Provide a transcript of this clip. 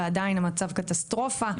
ועדיין המצב קטסטרופה.